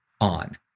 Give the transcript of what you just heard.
on